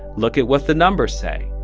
look at what the numbers say